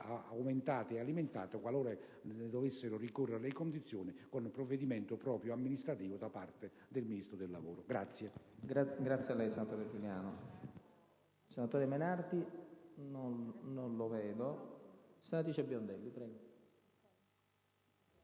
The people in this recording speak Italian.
aumentata ed alimentata, qualora ne dovessero ricorrere le condizioni, con un provvedimento amministrativo da parte del Ministro del lavoro.